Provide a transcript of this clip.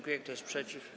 Kto jest przeciw?